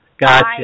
Gotcha